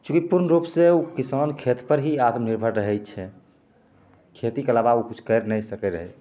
चूँकि पूर्ण रूपसे ओ किसान खेतपर ही आत्मनिर्भर रहै छै खेतीके अलावा ओ किछु करि नहि सकै रहै